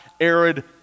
arid